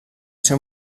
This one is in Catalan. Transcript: ser